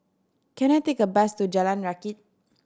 can I take a bus to Jalan Rakit